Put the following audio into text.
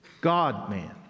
God-man